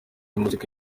muzika